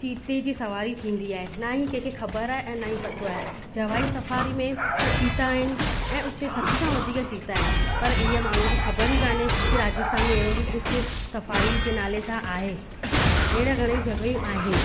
चीते जी सवारी थींदी आहे न ई कंहिंखे ख़बरु आहे ऐं न ई पतो आहे जवाई सफारी में चीता आहिनि ऐं उते सठ खां वधीक चीता आहिनि पर इहा माण्हुनि खे ख़बर ई कोन्हे की राजस्थान में अहिड़ो बि कुझु सफारी जे नाले सां आहे अहिड़ा घणेई जॻहियू आहिनि